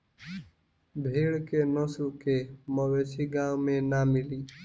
भेड़ के नस्ल के मवेशी गाँव में ना मिली